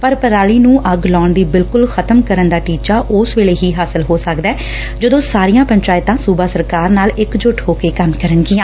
ਪਰ ਪਰਾਲੀ ਨੂੰ ਅੱਗ ਲਾਉਣ ਨੂੰ ਬਿਲਕੁਲ ਖ਼ਤਮ ਕਰਨ ਦਾ ਟੀਚਾ ਉਸ ਵੇਲੇ ਹੀ ਹਾਸਲ ਹੋ ਸਕਦੈ ਜਦੋਂ ਸਾਰੀਆਂ ਪੰਚਾਇਤਾਂ ਸੁਬਾ ਸਰਕਾਰ ਨਾਲ ਇਕ ਜੁੱਟ ਹੋ ਕੇ ਕੰਮ ਕਰਨਗੀਆਂ